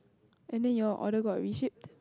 and then your order got reshipped